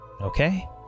Okay